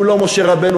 הוא לא משה רבנו,